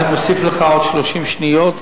אני מוסיף לך עוד 30 שניות,